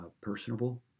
personable